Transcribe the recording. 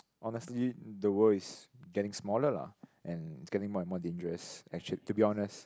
honestly the world is getting smaller lah and it's getting more and more dangerous actua~ to be honest